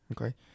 Okay